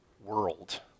world